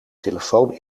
telefoon